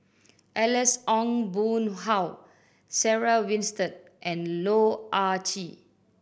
Alex Ong Boon Hau Sarah Winstedt and Loh Ah Chee